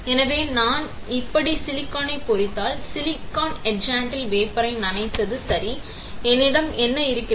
எனவே நான் இப்படி சிலிக்கானை பொறித்தால் சிலிக்கான் எச்சாண்டில் வேப்பரை நனைத்து சரி என்னிடம் என்ன இருக்கிறது